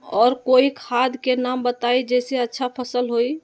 और कोइ खाद के नाम बताई जेसे अच्छा फसल होई?